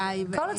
מופעל.